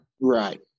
Right